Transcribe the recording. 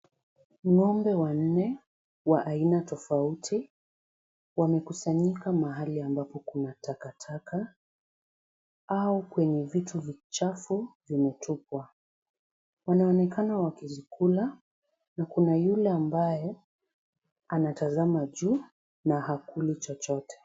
Ng'ombe wanne wa aina tofauti wamekusanyika mahali ambapo kuna takataka au kwenye vitu vichafu vimetupwa. Wanaonekana wakizikula na kuna yule ambaye anatazama juu na hakuli chochote.